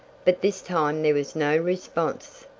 but this time there was no response.